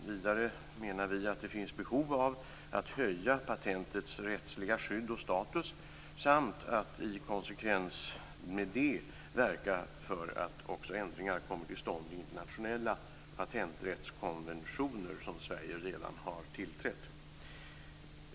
Vidare menar vi att det finns behov av att höja patentets rättsliga skydd och status samt att i konsekvens med det verka för att ändringar också kommer till stånd i internationella patenträttskonventioner som Sverige redan har tillträtt.